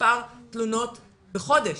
מספר תלונות בחודש.